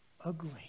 ugly